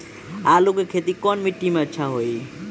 आलु के खेती कौन मिट्टी में अच्छा होइ?